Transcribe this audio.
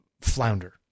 flounder